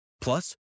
Plus